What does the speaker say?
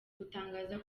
gutangaza